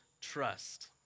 trust